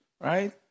Right